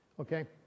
okay